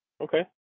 Okay